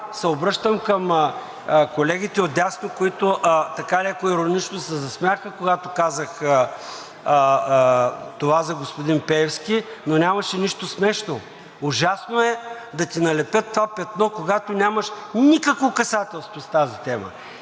се обръща към колегите отдясно, които така леко иронично се засмяха, когато казах това за господин Пеевски, но нямаше нищо смешно. Ужасно е да ти налепят това петно, когато нямаш никакво касателство с тази тема.